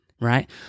Right